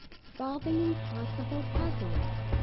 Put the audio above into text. solving impossible puzzles.